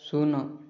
ଶୂନ